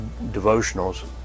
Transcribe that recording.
devotionals